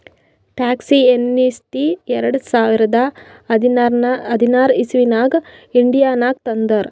tax amnesty ಎರಡ ಸಾವಿರದ ಹದಿನಾರ್ ಇಸವಿನಾಗ್ ಇಂಡಿಯಾನಾಗ್ ತಂದಾರ್